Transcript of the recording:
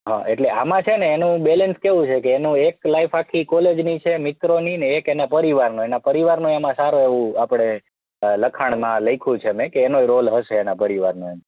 હા એટલે આમાં છે ને એનું બેલેન્સ કેવું છે કે એનું એક લાઈફ આખી કોલેજની છે મિત્રોની અને એક એના પરિવારનું એના પરિવારનું એમાં સારું એવું આપણે લખાણમાં લખ્યું છે મેં કે એનોય રોલ હશે એના પરિવારનો એમ